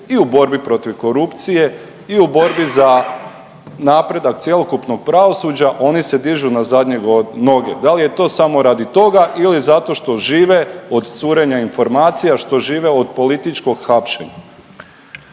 i u borbi korupcije i u borbi za napredak cjelokupnog pravosuđa oni se dižu na zadnje noge. Da li je to samo radi toga ili zato što žive od curenja informacija, što žive od političkog hapšenja?